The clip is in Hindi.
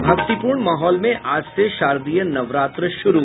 और भक्तिपूर्ण माहौल में आज से शारदीय नवरात्र शुरू